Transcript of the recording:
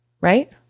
right